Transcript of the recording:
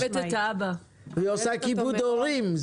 היא עושה כיבוד הורים,